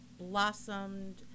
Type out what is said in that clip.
blossomed